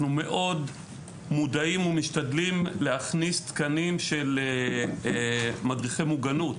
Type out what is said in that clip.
אנחנו מאוד מודעים ומשתדלים להכניס תקנים של מדריכי מוגנות.